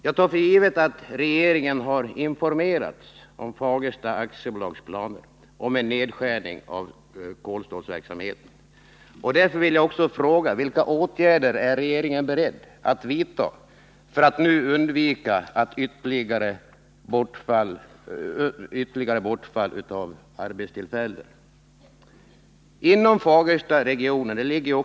Jag tar för givet att regeringen har informerats om Fagersta AB:s planer på en nedskärning av kolstålsverksamheten. Därför vill jag fråga: Vilka åtgärder är regeringen beredd att vidta för att nu undvika ytterligare bortfall av arbetstillfällen?